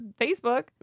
Facebook